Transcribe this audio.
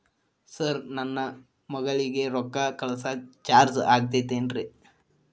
Sir ನನ್ನ ಮಗಳಗಿ ರೊಕ್ಕ ಕಳಿಸಾಕ್ ಚಾರ್ಜ್ ಆಗತೈತೇನ್ರಿ?